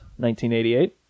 1988